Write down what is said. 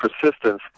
Persistence